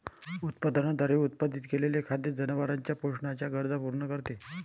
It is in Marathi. उत्पादनाद्वारे उत्पादित केलेले खाद्य जनावरांच्या पोषणाच्या गरजा पूर्ण करते